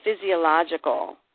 physiological